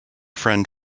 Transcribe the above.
friend